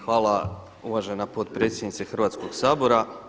Hvala uvažena potpredsjednice Hrvatskoga sabora.